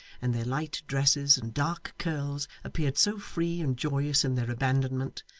and their light dresses and dark curls appeared so free and joyous in their abandonment,